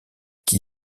qui